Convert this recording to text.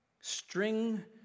string